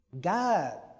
God